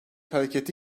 hareketi